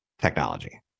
technology